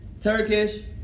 Turkish